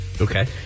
Okay